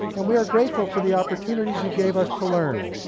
and we are grateful for the opportunities you gave us to learn.